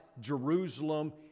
Jerusalem